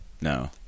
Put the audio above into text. no